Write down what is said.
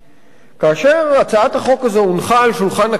כאשר הצעת החוק הזאת הונחה על שולחן הכנסת,